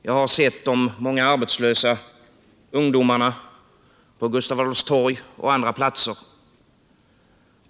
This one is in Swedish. Jag har sett de många arbetslösa ungdomarna på Gustav Adolfs torg och andra platser.